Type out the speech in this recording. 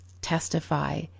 testify